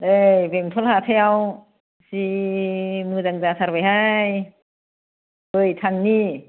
नै बेंटल हाथाइयाव जि मोजां जाथारबायहाय फै थांनि